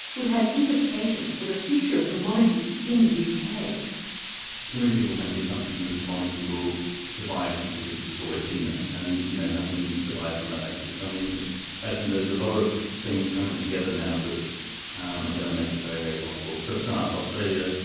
would have implications for the future of the monarchy in the yeah uk. too too many people make the assumption that the monarchy will survive simply because it's always been there, and you know nothing survives on that basis. i mean i think there's a lot of things coming together now that are going to make it very, very possible. for a start, australia,